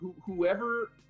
Whoever